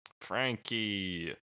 Frankie